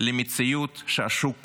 למציאות שהשוק קבע.